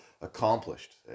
accomplished